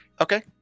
Okay